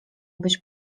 być